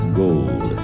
gold